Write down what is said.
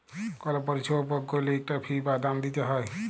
call পরিছেবা উপভগ ক্যইরলে ইকটা ফি বা দাম দিইতে হ্যয়